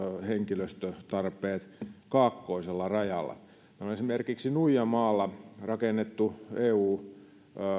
henkilöstötarpeet kaakkoisella rajalla esimerkiksi nuijamaalla on rakennettu eu